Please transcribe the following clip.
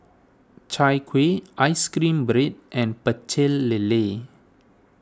Chai Kuih Ice Cream Bread and Pecel Lele